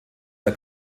der